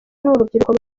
n’urubyiruko